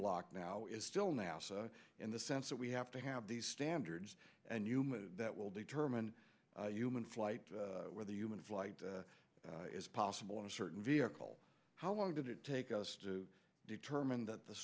block now is still nasa in the sense that we have to have these standards and human that will determine human flight whether human flight is possible in a certain vehicle how long did it take us to determine that the